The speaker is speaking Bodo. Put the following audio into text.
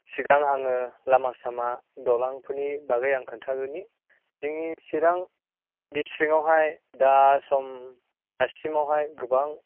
सिगां आङो लामा सामा दलांफोरनि बागै आं खोन्थाग्रोनि जोंनि चिरां डिसथ्रिकआवहाय दा सम दासिमावहाय गोबां